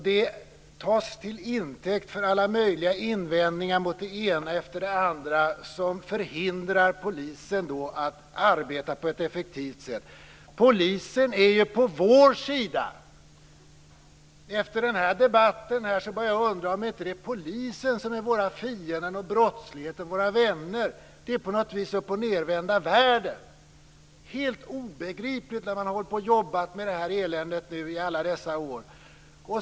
Det tas till intäkt för alla möjliga invändningar mot det ena efter det andra som förhindrar polisen att arbeta på ett effektivt sätt. Polisen är ju på vår sida. Efter den här debatten börjar jag undra om det inte är polisen som är våra fiender och brottsligheten våra vänner. Det är på något vis uppochnedvända världen. Det är helt obegripligt när man har hållit på och jobbat med det här eländet i alla dessa år.